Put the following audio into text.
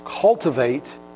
cultivate